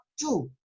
two